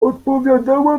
odpowiadała